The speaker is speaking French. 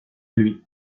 lui